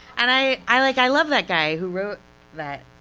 and i i like i love that guy, who wrote that,